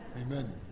Amen